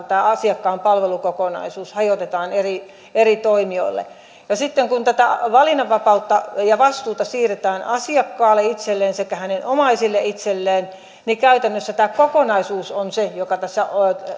tämä asiakkaan palvelukokonaisuus hajotetaan eri eri toimijoille sitten kun tätä valinnanvapautta ja vastuuta siirretään asiakkaalle itselleen sekä hänen omaisilleen niin käytännössä tämä kokonaisuus on se joka tässä